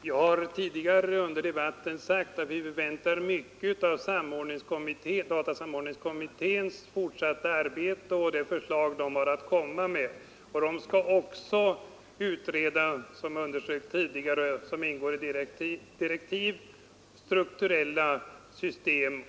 Herr talman! Jag har tidigare under debatten sagt att vi förväntar oss mycket av samordningskommitténs fortsatta arbete och det förslag denna har att komma med. Den skall också, såsom ingår i tidigare givna direktiv, utreda olika strukturella system.